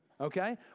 Okay